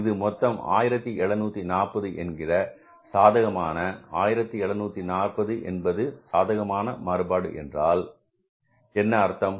இது மொத்தம் 1740 என்கிற சாதகமான 1740 என்பது சாதகமான மாறுபாடு என்றால் என்ன அர்த்தம்